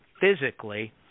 physically